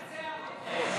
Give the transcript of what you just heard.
השבת תנצח בסוף.